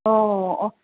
ꯑꯣ ꯑꯣ